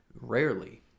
rarely